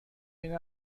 این